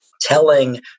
telling